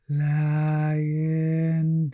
lying